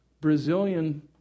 Brazilian